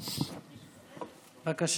בבקשה.